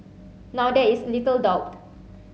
now there is little doubt